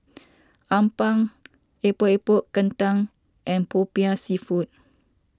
Appam Epok Epok Kentang and Popiah Seafood